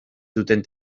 duten